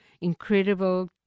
incredible